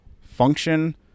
function